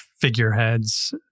figureheads